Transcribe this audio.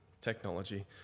technology